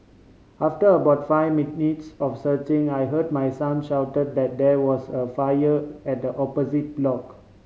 after about five minutes of searching I heard my son shout that there was a fire at the opposite block